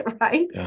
right